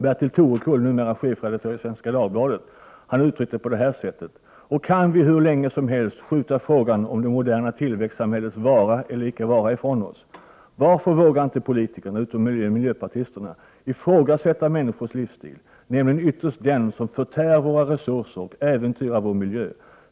Bertil Torekull, numera chefredaktör för Svenska Dagbladet, har uttryckt detta förhållande på följande sätt: ”Och kan vi hur länge som helst skjuta frågan om det moderna tillväxtsamhällets vara eller icke vara ifrån oss? Varför vågar inte politikerna ifrågasätta människornas livsstil, nämligen ytterst den som förtär våra resurser och äventyrar vår miljö?